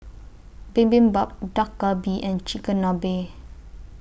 Bibimbap Dak Galbi and Chigenabe